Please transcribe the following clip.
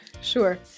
Sure